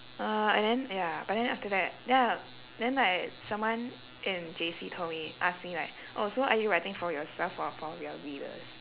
uh and then ya but then after that ya then like someone in J_C told me asked me like oh so are you writing for yourself or for your readers